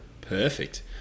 perfect